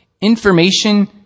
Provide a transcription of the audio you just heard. Information